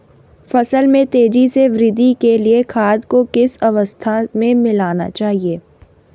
फसल में तेज़ी से वृद्धि के लिए खाद को किस अवस्था में मिलाना चाहिए?